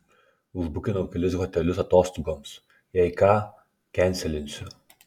užbukinau kelis hotelius atostogoms jei ką kenselinsiu